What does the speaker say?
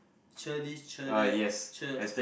cher this cher that cher